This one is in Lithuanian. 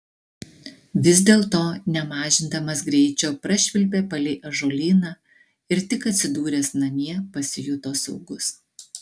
vis dėlto nemažindamas greičio prašvilpė palei ąžuolyną ir tik atsidūręs namie pasijuto saugus